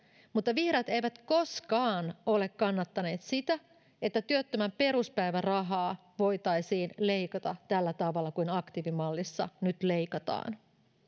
mutta vihreät eivät koskaan ole kannattaneet sitä että työttömän peruspäivärahaa voitaisiin leikata tällä tavalla kuin aktiivimallissa nyt leikataan